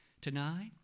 Tonight